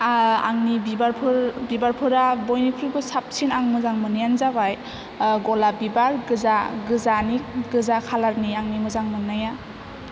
आंनि बिबारफोर बिबारफोरा बयनिफ्रायबो साबसिन आं मोजां मोन्नायानो जाबाय गलाब बिबार गोजा गोजानि गोजा खालारनि आंनि मोजां मोननाया